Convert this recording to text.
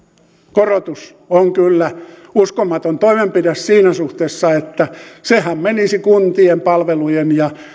korotus on kyllä uskomaton toimenpide siinä suhteessa että sehän menisi kuntien palvelujen ja